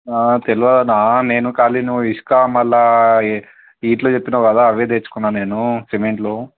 తెల్వదన్నా నేను కాళీను ఇసక మళ్ళీ ఈట్లు చెప్పినావవు కదా అవే తెచ్చుకున్నాను నేను సిమెంట్లు